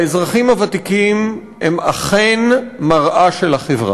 האזרחים הוותיקים הם אכן מראה של החברה,